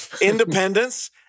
Independence